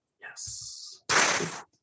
Yes